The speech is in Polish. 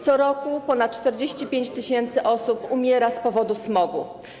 Co roku ponad 45 tys. osób umiera z powodu smogu.